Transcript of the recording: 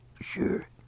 sure